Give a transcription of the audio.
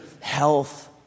health